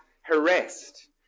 harassed